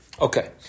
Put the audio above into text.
Okay